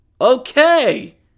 Okay